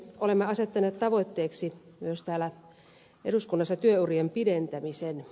olemme asettaneet tavoitteeksi myös täällä eduskunnassa työurien pidentämisen